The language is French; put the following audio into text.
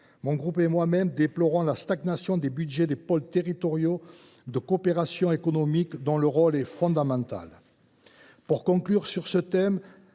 Mon groupe et moi même déplorons la stagnation des budgets des pôles territoriaux de coopération économique, dont le rôle est fondamental. L’ESS doit donc être